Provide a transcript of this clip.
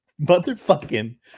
Motherfucking